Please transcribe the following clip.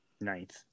Ninth